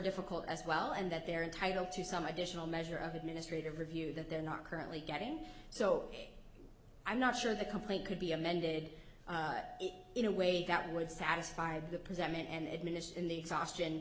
difficult as well and that they're entitled to some additional measure of administrative review that they're not currently getting so i'm not sure the complaint could be amended in a way that would satisfy the present and admonition in the exhaustion